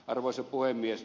arvoisa puhemies